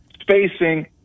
spacing